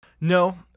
No